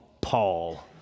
Paul